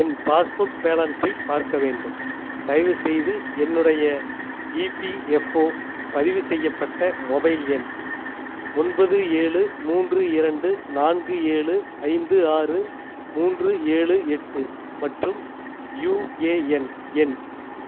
என் passbook பேலன்ஸை பார்க்க வேண்டும் தயவுசெய்து என்னுடைய இபிஎஃப்ஓ பதிவு செய்யப்பட்ட மொபைல் எண் ஒன்பது ஏழு மூன்று இரண்டு நான்கு ஏழு ஐந்து ஆறு மூன்று ஏழு எட்டு மற்றும் யுஏஎன் எண்